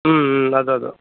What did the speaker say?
ம் ம் அதான் அதான்